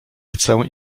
chcę